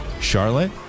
charlotte